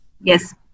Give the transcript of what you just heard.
yes